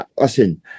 listen